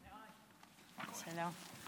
שלום.